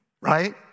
right